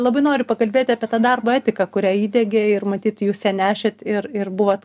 labai noriu pakalbėti apie tą darbo etiką kurią įdiegė ir matyt jūs ją nešėt ir ir buvot